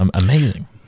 Amazing